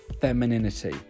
femininity